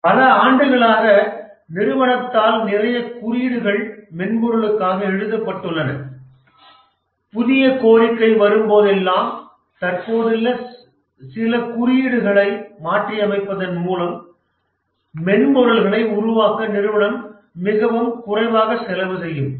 பல ஆண்டுகளாக நிறுவனத்தால் நிறைய குறியீடுகள் மென்பொருளுக்காக எழுதப்பட்டுள்ளன புதிய கோரிக்கை வரும்போதெல்லாம் தற்போதுள்ள சில குறியீடுகளை மாற்றியமைப்பதன் மூலம் மென்பொருளை உருவாக்க நிறுவனம் மிகவும் குறைவாக செலவு செய்யும்